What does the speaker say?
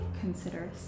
consider